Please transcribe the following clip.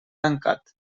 tancat